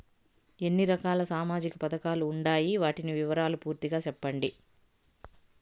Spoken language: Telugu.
ఎన్ని రకాల సామాజిక పథకాలు ఉండాయి? వాటి వివరాలు పూర్తిగా సెప్పండి?